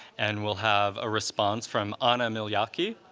and we'll have a response from ana miljacki.